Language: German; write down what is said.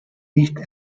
nicht